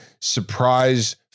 surprise